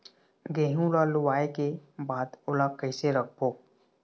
गेहूं ला लुवाऐ के बाद ओला कइसे राखबो?